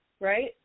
right